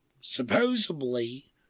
supposedly